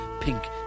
pink